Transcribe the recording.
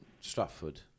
Stratford